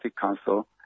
Council